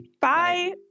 Bye